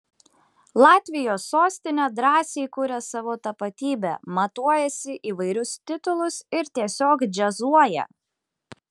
latvijos sostinė drąsiai kuria savo tapatybę matuojasi įvairius titulus ir tiesiog džiazuoja